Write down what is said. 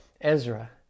Ezra